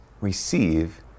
receive